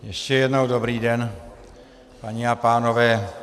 Ještě jednou dobrý den, paní a pánové.